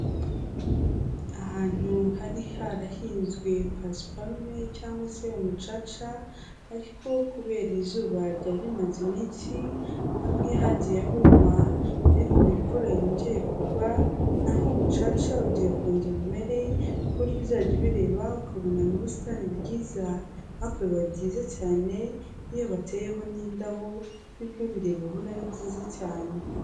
Ahantu hari harahinzwe pasiparume cyangwa se umucaca, ariko kubera izuba ryari rimaze iminsi, hamwe hagiye huma, ariko ubu imvura yongeye kugwa, naho umucaca ugiye kongera umere, ku buryo uzajya ubireba, ukabona ni ubusitani bwiza, ariko biba byiza cyane, iyo bateyeho n'indabo, ni bwo ubireba abona ari byiza cyane.